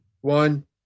one